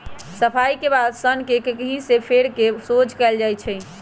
सफाई के बाद सन्न के ककहि से फेर कऽ सोझ कएल जाइ छइ